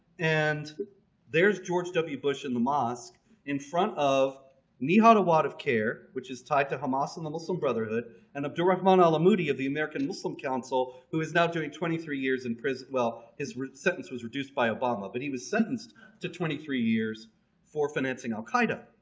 and there's george w. bush in the mosque in front of me nihad awad of cair, which is tied to hamas in the muslim brotherhood and abdul rahman alamoudi of the american muslim council, who is now doing twenty three years in prison well root sentence was reduced by obama, but he was sentenced to twenty three years for financing al qaeda.